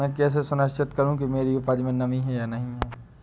मैं कैसे सुनिश्चित करूँ कि मेरी उपज में नमी है या नहीं है?